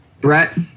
Brett